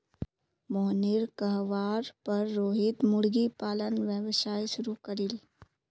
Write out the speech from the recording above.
मोहिनीर कहवार पर रोहित मुर्गी पालन व्यवसाय शुरू करील